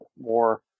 more